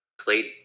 played